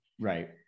Right